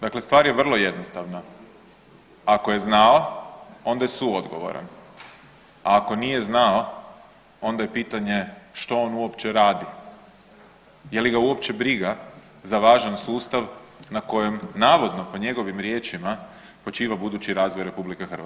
Dakle, stvar je vrlo jednostavna, ako je znao onda je suodgovoran, a ako nije znao onda je pitanje što on uopće radi, je li ga uopće briga za važan sustav na kojem navodno po njegovim riječima počiva budući razvoj RH.